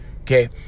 Okay